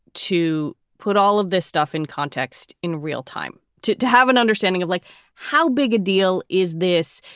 to put all of this stuff in context in real time, to to have an understanding of like how big a deal is this?